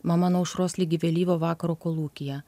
mama nuo aušros ligi vėlyvo vakaro kolūkyje